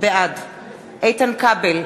בעד איתן כבל,